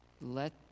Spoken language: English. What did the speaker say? Let